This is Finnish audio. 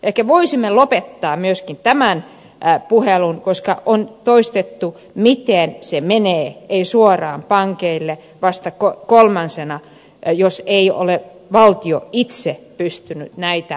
ehkä voisimme lopettaa myöskin tämän puheen koska on toistettu miten se menee ei suoraan pankeille vaan vasta kolmantena jos ei valtio itse ole pystynyt näitä toteuttamaan